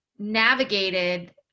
navigated